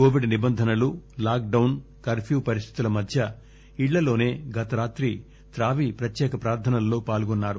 Covid నిబంధనలు lockdown curfew పరిస్థితుల మధ్య ఇళ్లలోసే గతరాత్రి త్రావీ ప్రత్యేక ప్రార్దనల్లో పాల్గొన్నారు